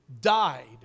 died